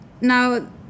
Now